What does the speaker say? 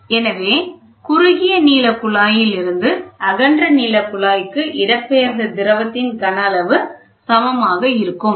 எனவே குறுகிய நீள குழாயிலிருந்து அகன்ற நீள குழாய்க்கு இடம் பெயர்ந்த திரவத்தின் கன அளவு சமமாக இருக்கும்